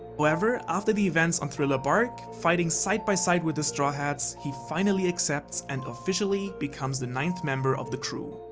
however, after the events on thriller bark, fighting side by side with the straw hats, he finally accepts and officially becomes the ninth member of the crew.